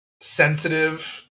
sensitive